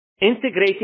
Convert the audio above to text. Integrating